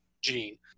Gene